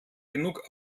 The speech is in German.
genug